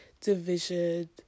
division